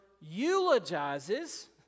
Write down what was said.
eulogizes